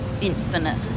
Infinite